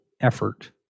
effort